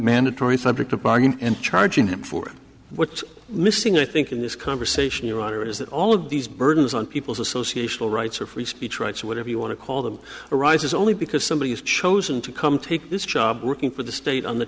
mandatory subject to bargain and charging him for what's missing i think in this conversation your honor is that all of these burdens on people's association rights or free speech rights or whatever you want to call them arises only because somebody has chosen to come take this job working for the state on the